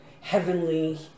heavenly